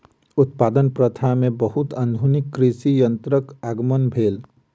उत्पादन प्रथा में बहुत आधुनिक कृषि यंत्रक आगमन भेल